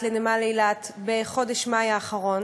לנמל אילת, בחודש מאי האחרון,